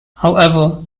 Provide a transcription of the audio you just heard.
however